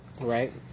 Right